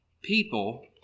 people